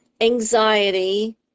anxiety